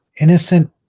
innocent